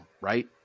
right